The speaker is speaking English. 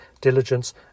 diligence